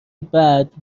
بعد